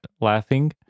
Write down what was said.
laughing